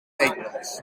nederlands